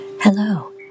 Hello